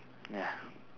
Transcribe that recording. ya